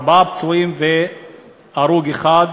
היום במגזר הערבי, ארבעה פצועים והרוג אחד